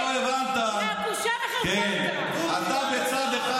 אבל אתה לא הבנת שבצד אחד